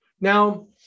Now